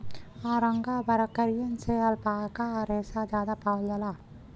angora बकरियन से alpaca रेसा जादा पावल जाला